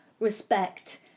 respect